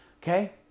okay